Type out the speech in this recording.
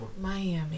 Miami